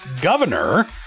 governor